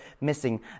missing